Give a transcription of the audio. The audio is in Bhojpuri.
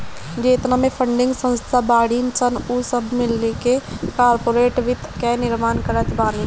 जेतना भी फंडिंग संस्था बाड़ीन सन उ सब मिलके कार्पोरेट वित्त कअ निर्माण करत बानी